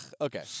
okay